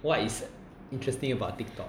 what is interesting about Tiktok